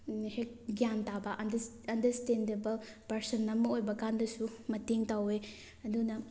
ꯍꯦꯛ ꯒ꯭ꯌꯥꯟ ꯇꯥꯕ ꯑꯟꯗꯁꯏ꯭ꯁꯇꯦꯟꯗꯦꯕꯜ ꯄꯥꯔꯁꯟ ꯑꯃ ꯑꯣꯏꯕ ꯀꯥꯟꯗꯁꯨ ꯃꯇꯦꯡ ꯇꯧꯋꯤ ꯑꯗꯨꯅ